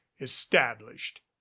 established